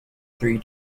three